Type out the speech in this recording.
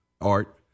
Art